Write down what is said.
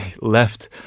left